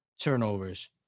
turnovers